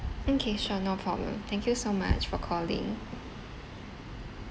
mm K sure no problem thank you so much for calling